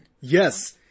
yes